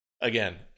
again